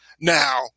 now